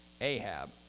Ahab